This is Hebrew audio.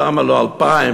למה לא 2,000?